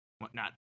whatnot